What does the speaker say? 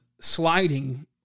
sliding